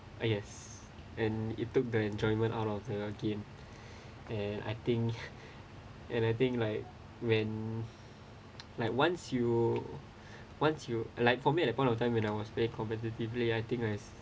ah yes and it took the enjoyment out of the game and I think and I think like when like once you once you uh like for me at that point of time when I was very competitively I think I